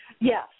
Yes